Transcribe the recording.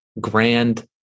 grand